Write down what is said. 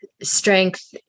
Strength